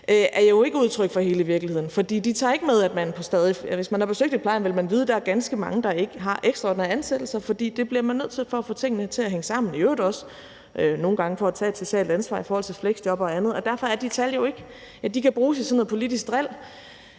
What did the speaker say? er jo ikke udtryk for hele virkeligheden. Hvis man har besøgt et plejehjem, vil man vide, at der er ganske mange, der ikke har ekstraordinære ansættelser, for det bliver man nødt til for at få tingene til at hænge sammen, i øvrigt nogle gange også for at tage et socialt ansvar i forhold til fleksjob og andet. Derfor kan de tal bruges i sådan noget politisk dril,